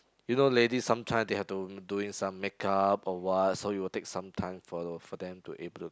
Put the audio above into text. you know ladies sometime they have to doing some make up or what so it will take some time for for them to able to